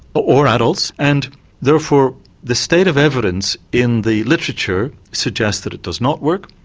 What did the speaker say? or adults. and therefore the state of evidence in the literature suggests that it does not work.